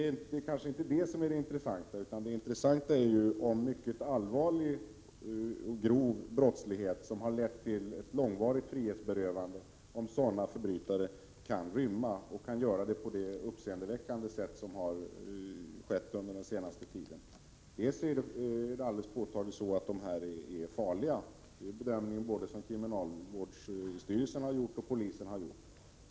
Men det kanske inte är det som är det intressanta. Det intressanta är om förbrytare som begått mycket allvarliga och grova brott, vilka har lett till långvarigt frihetsberövande, kan rymma på ett sådant uppseendeväckande sätt som har skett under den senaste tiden. Ett alldeles påtagligt faktum är att dessa brottslingar är farliga. Den bedömningen har både kriminalvårdsstyrelsen och polisen gjort.